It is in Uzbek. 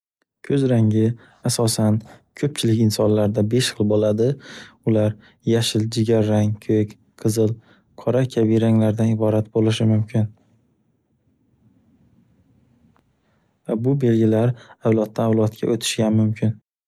Koʻz rangi asosan koʻpchilik insonlarda besh xil boʻladi, ular yashil, jigarrang, koʻk, qizil, qora kabi ranglardan iborat bo'lishi mumkin. Va bu belgilar avloddan avlodga o'tishi ham mumkin.